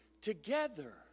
together